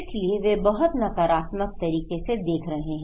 इसलिएवे बहुत नकारात्मक तरीके से देख रहे हैं